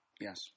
yes